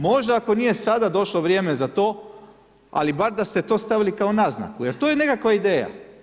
Možda ako nije sada došlo vrijeme za to, ali bar da ste to stavili kao naznaku, jer to je nekakva ideja.